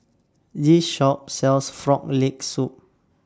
This Shop sells Frog Leg Soup